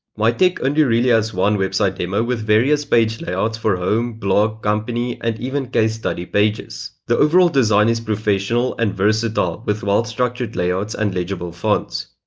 mitech only and really has one website demo with various page layouts for home, blog, company, and even case study pages. the overall design is professional and versatile with well-structured layouts and legible fonts.